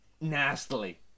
nastily